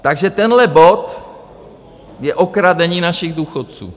Takže tenhle bod je okradení našich důchodců.